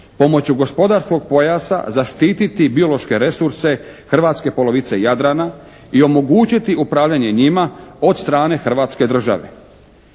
Pomoći gospodarskog pojasa zaštiti biološke resurse hrvatske polovice Jadrana i omogućiti upravljanje njima od strane Hrvatske države.